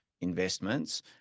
investments